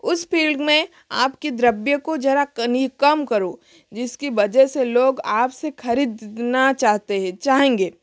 उस फील्ड में आपकी द्रव्य को ज़रा कमी कम करो जिसकी वजह से लोग आपसे खरीदना चाहते हैं चाहेंगे